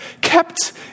Kept